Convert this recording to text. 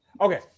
Okay